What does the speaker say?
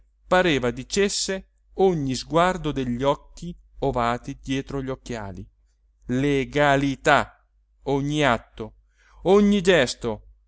pareva dicesse ogni sguardo degli occhi ovati dietro gli occhiali legalità ogni atto ogni gesto